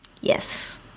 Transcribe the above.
Yes